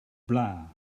bra